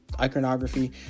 iconography